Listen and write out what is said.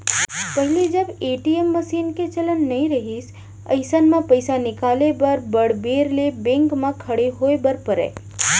पहिली जब ATM machine के चलन नइ रहिस अइसन म पइसा निकाले बर बड़ बेर ले बेंक म खड़े होय बर परय